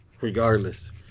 regardless